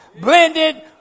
blended